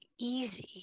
easy